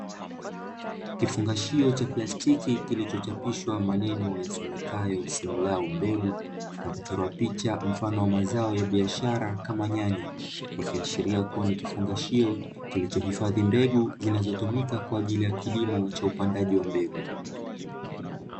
Kifungashio cha plastiki kilichochapishwa maneno yasomekayo ''Simlaw mbegu'', na kuchorwa picha mfano wa mazao ya biashara kama nyanya, ikiashiria kuwa ni kifungashio kilichohifadhi mbegu zinazotumika kwa ajili ya kilimo cha upandaji wa mbegu.